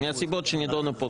מהסיבות שנדונו פה,